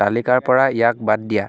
তালিকাৰপৰা ইয়াক বাদ দিয়া